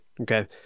Okay